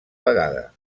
vegada